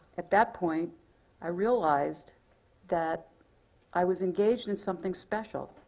at that point i realized that i was engaged in something special,